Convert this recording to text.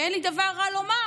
ואין לי דבר רע לומר,